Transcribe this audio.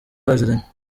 baziranye